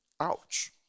Ouch